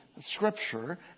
scripture